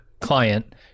client